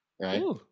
right